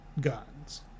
guns